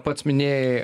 pats minėjai